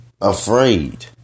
afraid